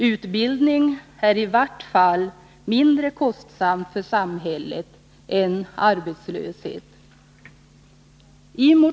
Utbildning är i vart fall Onsdagen den mindre kostsam för samhället än arbetslöshet.